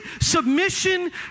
submission